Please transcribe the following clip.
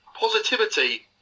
Positivity